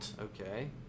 Okay